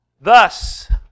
thus